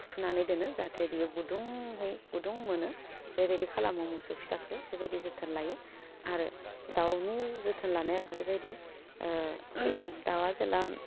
फुथुनानै दोनो जाहाथे बियो गुदुंहै गुदुं मोनो बेबायदि खालामो मोसौ फिसाखो बेबायदि जोथोन लायो आरो दाउनि जोथोन लानाया बेबायदि ओह दावा जेला